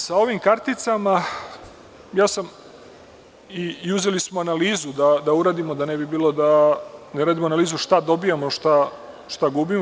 Sa ovim karticama uzeli smo analizu da uradimo, da ne bi bilo da ne radimo analizu, šta dobijamo, šta gubimo.